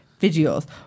videos